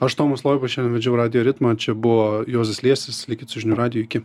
aš tomas loiba šiandien vedžiau radijo ritmą čia buvo juozas liesis likit su žinių radiju iki